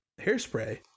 hairspray